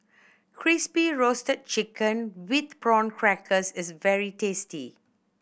Crispy Roasted Chicken with Prawn Crackers is very tasty